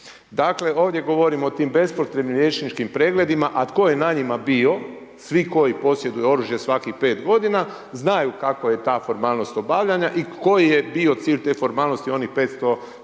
Dakle, ovdje govorimo o tim bespotrebnim liječničkim pregledima. A tko je na njima bio? Svi koji posjeduju oružje svakih 5 godina znaju kako je ta formalnost obavljanja i koji je bio cilj te formalnosti onih 550 ili